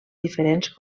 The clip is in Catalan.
diferents